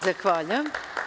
Zahvaljujem.